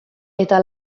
eta